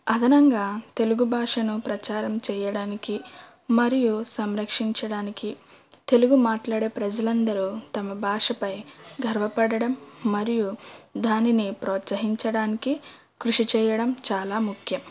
అదనంగా తెలుగు భాషను ప్రచారం చెయ్యడానికి మరియు సంరక్షించడానికి తెలుగు మాట్లాడే ప్రజలందరూ తమ భాషపై గర్వపడడం మరియు దానిని ప్రోత్సహించడానికి కృషి చేయడం చాలా ముఖ్యం